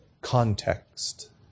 Context